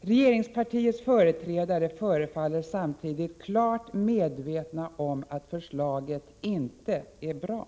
Regeringspartiets företrädare förefaller samtidigt klart medvetna om att förslaget inte är bra.